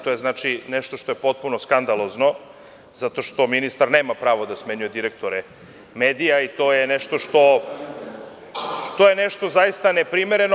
To je nešto što je potpuno skandalozno, zato što ministar nema pravo da smenjuje direktore medija i to je nešto zaista neprimereno.